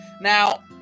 Now